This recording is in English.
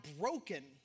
broken